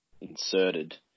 inserted